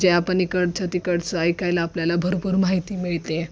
जे आपण इकडचं तिकडचं ऐकायला आपल्याला भरपूर माहिती मिळते